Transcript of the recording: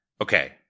Okay